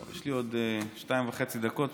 יש לי עוד שתיים וחצי דקות,